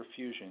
perfusion